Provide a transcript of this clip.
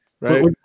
Right